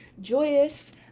joyous